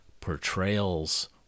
portrayals